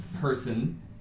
person